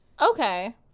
Okay